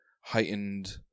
heightened